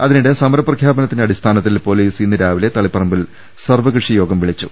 അതിനിടെ സമര പ്രഖ്യാ പനത്തിന്റെ അടിസ്ഥാനത്തിൽ പൊലീസ് ഇന്ന് രാവിലെ തളിപ്പറമ്പിൽ സർപ്പ കക്ഷിയോഗം വിളിച്ചു